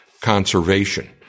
conservation